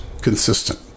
consistent